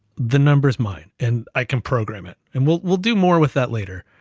the number is mine, and i can program it, and we'll we'll do more with that later.